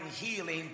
healing